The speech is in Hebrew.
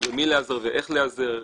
במי להיעזר ואיך להיעזר,